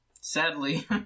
Sadly